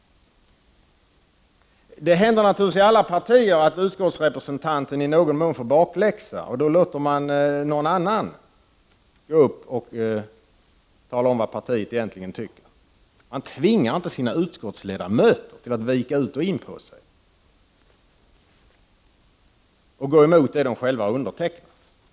Det händer naturligtvis i alla partier att utskottsrepresentanten i någon mån får bakläxa, och då låter man någon annan gå upp och tala om vad partiet egentligen tycker. Man tvingar inte sina utskottsledamöter att vika ut och in på sig och gå emot det som de själva har undertecknat.